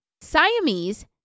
Siamese